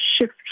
shift